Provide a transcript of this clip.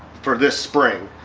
for this spring